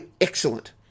excellent